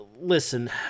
listen